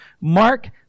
mark